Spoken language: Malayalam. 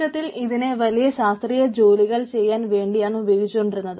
തുടക്കത്തിൽ ഇതിനെ വലിയ ശാസ്ത്രീയ ജോലികൾ ചെയ്യാൻ വേണ്ടിയാണ് ഉപയോഗിച്ചിരുന്നത്